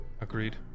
Agreed